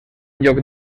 lloc